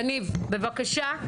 יניב בבקשה.